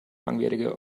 langwierige